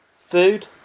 Food